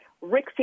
Rick